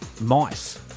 mice